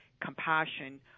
compassion